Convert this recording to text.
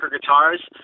guitars